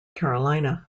carolina